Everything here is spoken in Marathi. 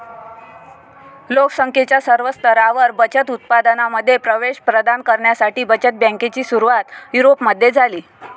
लोक संख्येच्या सर्व स्तरांवर बचत उत्पादनांमध्ये प्रवेश प्रदान करण्यासाठी बचत बँकेची सुरुवात युरोपमध्ये झाली